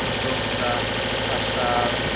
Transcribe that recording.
ᱫᱚᱥᱨᱟ ᱟᱥᱟᱲ